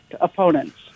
opponents